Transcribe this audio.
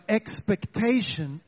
expectation